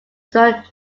strong